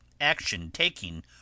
action-taking